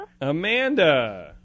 Amanda